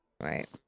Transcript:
Right